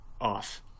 off